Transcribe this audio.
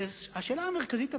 אבל השאלה המרכזית שעומדת,